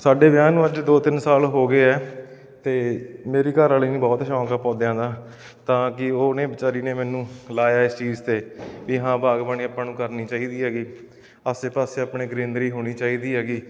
ਸਾਡੇ ਵਿਆਹ ਨੂੰ ਅੱਜ ਦੋ ਤਿੰਨ ਸਾਲ ਹੋ ਗਏ ਹੈ ਅਤੇ ਮੇਰੀ ਘਰਵਾਲੀ ਨੂੰ ਬਹੁਤ ਸ਼ੌਕ ਆ ਪੌਦਿਆਂ ਦਾ ਤਾਂ ਕਿ ਉਹਨੇ ਵਿਚਾਰੀ ਨੇ ਮੈਨੂੰ ਲਾਇਆ ਹੈ ਇਸ ਚੀਜ਼ 'ਤੇ ਵੀ ਹਾਂ ਬਾਗਬਾਨੀ ਆਪਾਂ ਨੂੰ ਕਰਨੀ ਚਾਹੀਦੀ ਹੈਗੀ ਆਸੇ ਪਾਸੇ ਆਪਣੇ ਗਰੀਨਰੀ ਹੋਣੀ ਚਾਹੀਦੀ ਹੈਗੀ